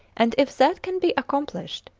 and if that can be accomplished,